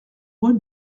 rue